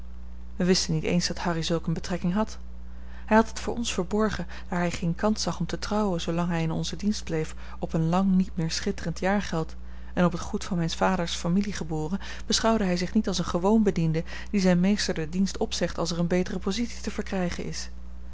wij wisten niet eens dat harry zulk eene betrekking had hij had het voor ons verborgen daar hij geen kans zag om te trouwen zoolang hij in onzen dienst bleef op een lang niet meer schitterend jaargeld en op het goed van mijns vaders familie geboren beschouwde hij zich niet als een gewoon bediende die zijn meester den dienst opzegt als er een betere positie te verkrijgen is